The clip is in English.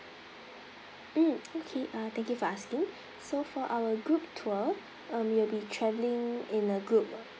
mm okay uh thank you for asking so for our group tour um you'll be travelling in a group